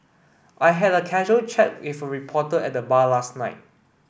I had a casual chat with reporter at bar last night